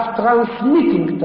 transmitting